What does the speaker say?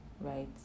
right